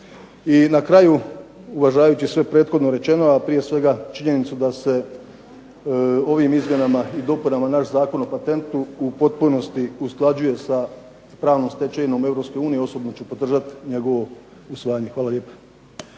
I na kraju uvažavajući sve prethodno rečeno, a prije svega činjenicu da se ovim izmjenama i dopunama naš Zakon o patentu u potpunosti usklađuje sa pravnom stečevinom Europske unije. Osobno ću podržati njegovo usvajanje. Hvala lijepo.